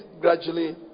gradually